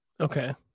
Okay